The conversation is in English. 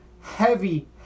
Heavy